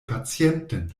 patienten